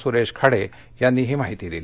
सुरेश खाडे यांनी ही माहिती दिली